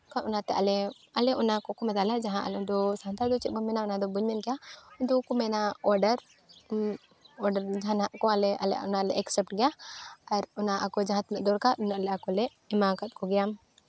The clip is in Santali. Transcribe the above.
ᱠᱷᱟᱱ ᱚᱱᱟᱛᱮ ᱟᱞᱮ ᱟᱞᱮ ᱚᱱᱟ ᱠᱚ ᱠᱚᱢ ᱫᱟᱞᱮ ᱡᱟᱦᱟᱸ ᱟᱞᱮ ᱫᱚ ᱥᱟᱱᱛᱟᱲ ᱫᱚ ᱪᱮᱫ ᱵᱚᱱ ᱢᱮᱱᱟ ᱚᱱᱟ ᱫᱚ ᱵᱟᱹᱧ ᱢᱮᱱ ᱠᱮᱭᱟ ᱫᱤᱠᱩ ᱛᱮᱠᱚ ᱢᱮᱱᱟ ᱚᱰᱟᱨ ᱡᱟᱦᱟᱱᱟᱜ ᱠᱚ ᱟᱞᱮ ᱚᱱᱟᱞᱮ ᱮᱠᱥᱮᱯᱴ ᱜᱮᱭᱟ ᱟᱨ ᱚᱱᱟ ᱟᱠᱚ ᱡᱟᱦᱟᱸ ᱛᱤᱱᱟᱹᱜ ᱫᱚᱨᱠᱟᱨ ᱩᱱᱟᱹ ᱞᱮ ᱟᱠᱚᱞᱮ ᱮᱢᱟ ᱠᱟᱫ ᱠᱚᱜᱮᱭᱟ